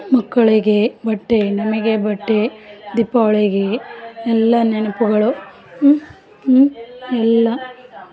ಮಕ್ಕಳಿಗೆ ಬಟ್ಟೆ ನಮಗೆ ಬಟ್ಟೆ ದೀಪಾವಳಿಗೆ ಎಲ್ಲ ನೆನಪುಗಳು ಎಲ್ಲ